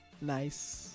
Nice